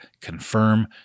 confirm